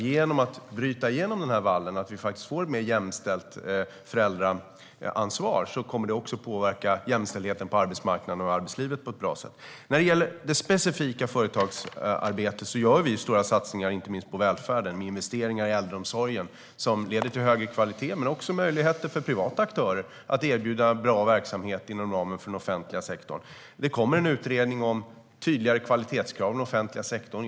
Genom att vi bryter igenom den här vallen och får ett mer jämställt föräldraansvar kommer också jämställdheten på arbetsmarknaden och i arbetslivet att påverkas på ett bra sätt. När det gäller det specifika företagsarbetet gör vi stora satsningar inte minst på välfärden, med investeringar i äldreomsorgen som leder till högre kvalitet men också möjligheter för privata aktörer att erbjuda bra verksamhet inom ramen för den offentliga sektorn. Det kommer en utredning om tydligare kvalitetskrav i den offentliga sektorn.